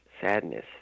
sadness